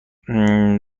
خواهر